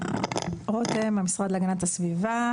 רותם, המשרד להגנת הסביבה.